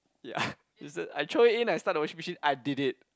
ya you see I throw it in I start the washing machine I did it